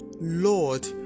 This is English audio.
Lord